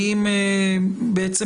האם כל